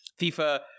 FIFA